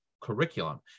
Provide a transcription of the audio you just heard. curriculum